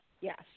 Yes